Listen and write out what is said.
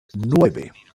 nueve